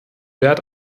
wert